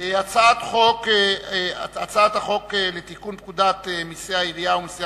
הצעת החוק לתיקון פקודת מסי העירייה ומסי